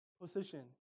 position